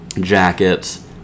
jackets